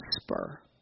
whisper